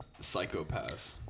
Psychopaths